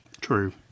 True